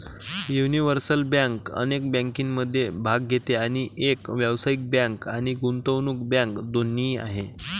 universal bank अनेक बँकिंगमध्ये भाग घेते आणि एक व्यावसायिक बँक आणि गुंतवणूक बँक दोन्ही आहे